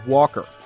Walker